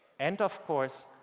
and of course,